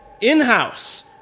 in-house